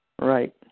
Right